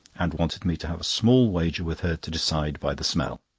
and wanted me to have a small wager with her to decide by the smell.